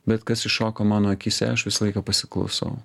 bet kas iššoka mano akyse aš visą laiką pasiklausau